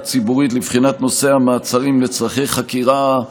ציבורית לבחינת נושא המעצרים לצורכי חקירה.